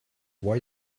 why